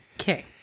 Okay